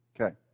Okay